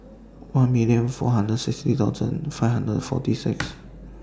one million four hundred sixty thousand five hundred forty six